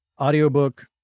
Audiobook